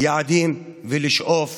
יעדים ולשאוף